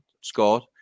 scored